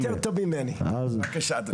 עושה את זה מצוין, יותר טוב ממני, בבקשה אדוני.